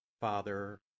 Father